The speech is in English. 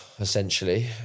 essentially